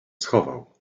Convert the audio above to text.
schował